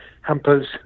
hampers